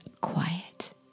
quiet